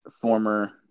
former